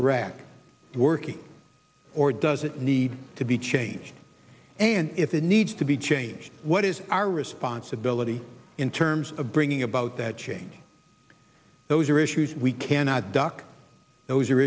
iraq working or does it need to be changed and if it needs to be changed what is our responsibility in terms of bringing about that change those are issues we cannot duck those are